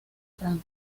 franco